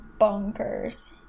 bonkers